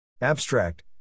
Abstract